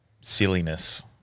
silliness